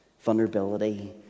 Vulnerability